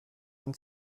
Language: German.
ein